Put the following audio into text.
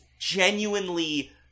genuinely